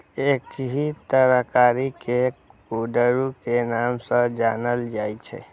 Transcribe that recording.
एहि तरकारी कें कुंदरू के नाम सं जानल जाइ छै